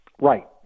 Right